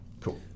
Cool